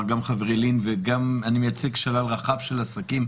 חברי לין וגם אני מייצג שלל רחב של עסקים,